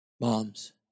Moms